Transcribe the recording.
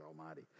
Almighty